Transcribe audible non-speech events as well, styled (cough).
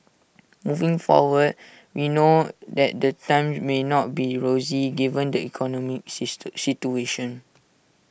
moving forward we know that the times may not be rosy given the economy (unintelligible) situation